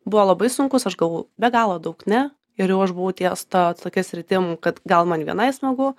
buvo labai sunkus aš gavau be galo daug ne ir jau aš buvau ties ta tokia sritim kad gal man vienai smagu